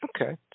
Okay